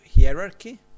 hierarchy